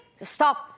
stop